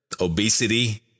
obesity